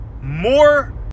more